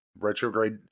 Retrograde